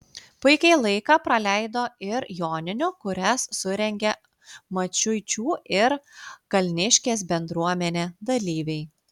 puikiai laiką praleido ir joninių kurias surengė maciuičių ir kalniškės bendruomenė dalyviai